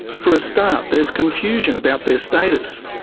for a start there's confusion about their status.